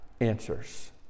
answers